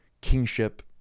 kingship